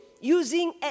using